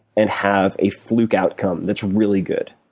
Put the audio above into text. and have a fluke outcome that's really good.